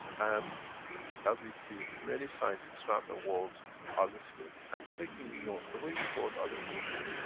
and as we see, many scientists around the world are listening and taking note. the way we brought other things in,